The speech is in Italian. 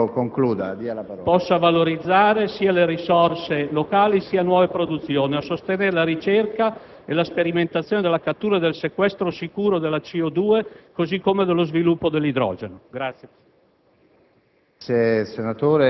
modo che l'agricoltura possa valorizzare sia le risorse locali, sia nuove produzioni; a sostenere la ricerca e la sperimentazione della cattura e del sequestro sicuro della CO2, così come dello sviluppo dell'idrogeno.